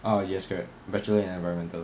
ah yes correct bachelor in environmental